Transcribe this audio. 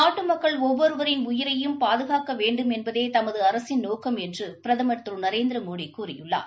நாட்டு மக்கள் ஒவ்வொருவரின் உயிரையும் பாதுகாக்க வேண்டும் என்பதே தமது அரசின் நோக்கம் என்று பிரதமர் திரு நரேந்திரமோடி கூறியுள்ளார்